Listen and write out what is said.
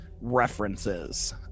references